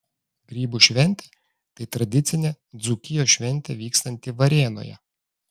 grybų šventė tai tradicinė dzūkijos šventė vykstanti varėnoje